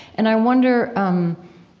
and i wonder, um,